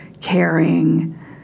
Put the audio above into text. caring